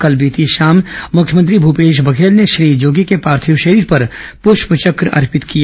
कल बीती शाम मुख्यमंत्री भूपेश बर्घल ने श्री जोगी के पार्थिव शरीर पर पुष्पचक्र अर्पित किए